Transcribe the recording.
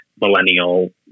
millennial